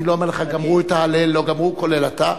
אני לא אומר לך, גמרו את ההלל, לא גמרו, כולל אתה.